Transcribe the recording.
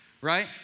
right